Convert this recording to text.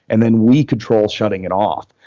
and then we control shutting it off.